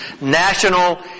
national